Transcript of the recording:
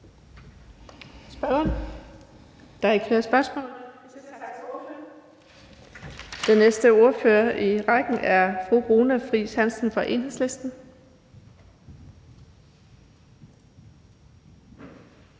Der er ikke flere spørgsmål. Vi siger tak til ordføreren. Den næste ordfører i rækken er fru Runa Friis Hansen fra Enhedslisten.